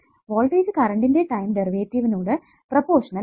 voltage കറണ്ടിന്റെ time ഡെറിവേറ്റീവിനോട് proportional ആണ്